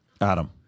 adam